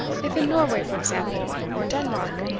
if in norway, for example, or denmark,